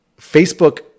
Facebook